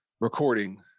recording